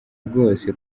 rwose